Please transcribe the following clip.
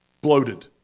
bloated